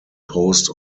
post